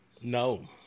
No